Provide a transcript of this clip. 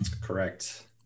Correct